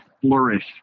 flourish